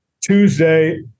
Tuesday